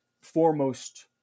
foremost